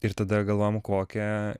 ir tada galvojom kokią